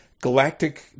Galactic